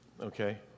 Okay